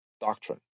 doctrine